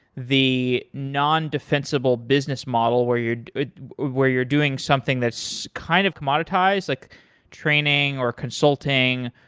the non-defensible business model where you're where you're doing something that's kind of commoditized, like training, or consulting,